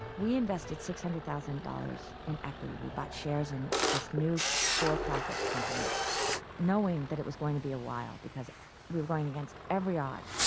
we invested six hundred thousand dollars in equity. we bought shares in this new for-profit company knowing that it was going to be a while because we were going against every odd.